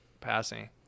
passing